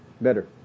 better